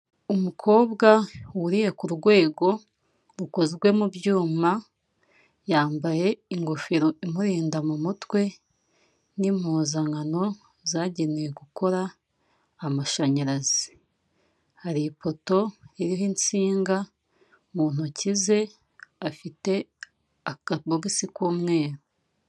Abantu benshi bambaye imyenda isa umweru iruhande rw'ibumoso hakaba hari abakobwa gusa, iruhande rw'iburyo hakaba hari umusore n'umukobwa umwe, imbere yabo hakaba hari umuzenguruko w'ameza ari umwenda usa ikigina imbere yabo hakaba hari umugabo wambaye rinete, iruhande rwe hakaba hari igikapu cy'abamama ndetse na telefone.